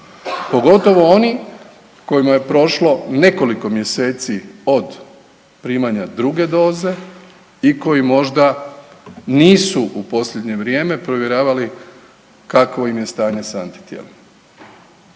pogotovo oni kojima je prošlo nekoliko mjeseci od primanja druge doze i koji možda nisu u posljednje vrijeme provjeravali kakvo im je stanje sa antitijelima.